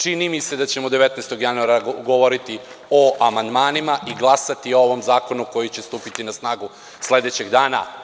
Čini mi se da ćemo 19. januara govoriti o amandmanima i glasati o ovom zakonu koji će stupiti na snagu sledećeg dana.